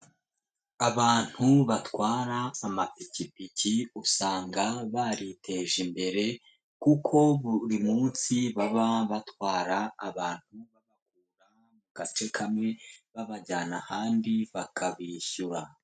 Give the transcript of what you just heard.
Abantu batwara amapikipiki, usanga bariteje imbere kuko buri munsi baba batwara abantu bo mu agace kamwe babajyana ahandi, bakabishyura.